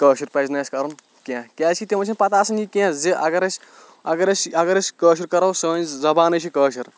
کٲشُر پَزِ نہٕ اَسہِ کرُن کیٚنٛہہ کیازِ کہِ تِمن چھنہٕ پَتہ آسان یہِ کیٚنٛہہ زِ اَگر أسۍ اگر أسۍ اگر أسۍ کٲشُر کَرو سٲنۍ زَبانٕے چھِ کٲشِر